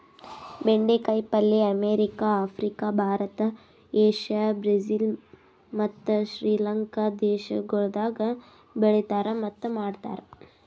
ಬೆಂಡೆ ಕಾಯಿ ಪಲ್ಯ America, Africa, Bharat, Asia, Brazil ಮತ್ತ್ ಶ್ರೀ ಲಂಕಾ ದೇಶಗೊಳ್ದಾಗ್ ಬೆಳೆತಾರ್ ಮತ್ತ್ ಮಾಡ್ತಾರ್